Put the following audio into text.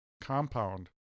compound